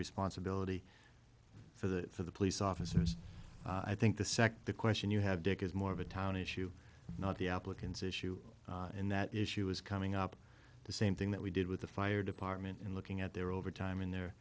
responsibility for the for the police officers i think the sec the question you have dick is more of a town issue not the applicants issue and that issue is coming up the same thing that we did with the fire department in looking at their overtime and their